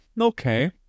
Okay